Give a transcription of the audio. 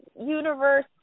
universe